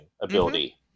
ability